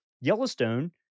Yellowstone